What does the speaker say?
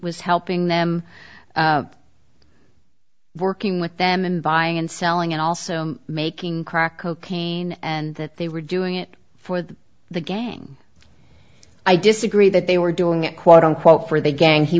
was helping them working with them in buying and selling and also making crack cocaine and that they were doing it for the the gang i disagree that they were doing quote unquote for the gang he